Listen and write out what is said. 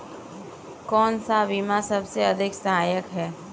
कौन सा बीमा सबसे अधिक सहायक है?